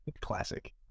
Classic